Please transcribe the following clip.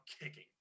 kicking